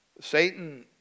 Satan